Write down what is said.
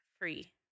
free